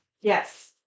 Yes